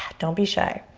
don't be shy.